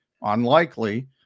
unlikely